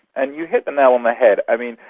and you hit the nail on the head. i mean,